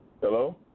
Hello